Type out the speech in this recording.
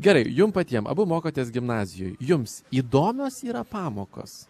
gerai jum patiem abu mokotės gimnazijoj jums įdomios yra pamokos